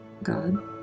God